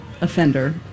offender